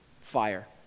fire